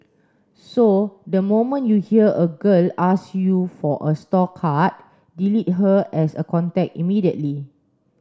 so the moment you hear a girl ask you for a store card delete her as a contact immediately